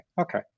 Okay